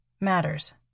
matters